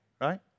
right